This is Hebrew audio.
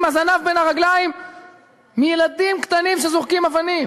עם הזנב בין הרגליים מילדים קטנים שזורקים אבנים.